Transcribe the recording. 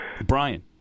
Brian